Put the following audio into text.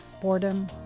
boredom